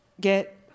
get